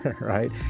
right